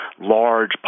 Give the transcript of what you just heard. large